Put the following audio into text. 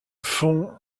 fond